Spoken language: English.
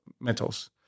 metals